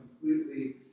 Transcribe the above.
completely